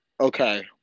Okay